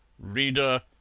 reader,